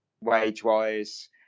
wage-wise